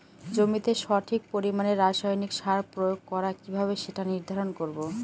জমিতে সঠিক পরিমাণে রাসায়নিক সার প্রয়োগ করা কিভাবে সেটা নির্ধারণ করব?